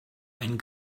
einen